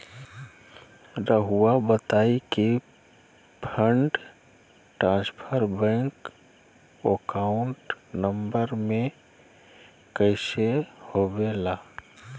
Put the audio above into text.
रहुआ बताहो कि fund transfer bank account number में कैसे होबेला?